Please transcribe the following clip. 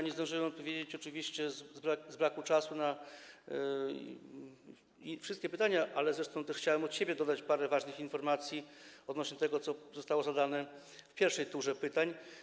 Nie zdążyłem odpowiedzieć oczywiście z braku czasu na wszystkie pytania, a też chciałem od siebie dodać parę ważnych informacji odnośnie do tego, co zostało podniesione w pierwszej turze pytań.